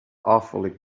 awfully